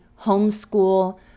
homeschool